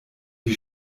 wie